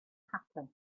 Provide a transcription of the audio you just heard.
happen